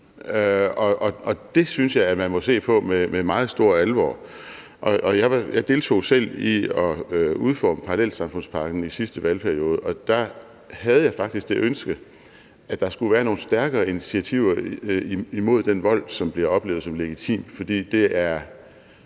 det synes jeg at man må se på med meget stor alvor. Jeg deltog selv i at udforme »Parallelsamfundspakken« i sidste valgperiode. Der havde jeg faktisk det ønske, at der skulle være nogle stærkere initiativer imod den vold, som bliver oplevet som legitim,